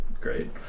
great